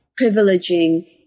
privileging